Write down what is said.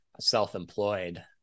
self-employed